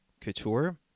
Couture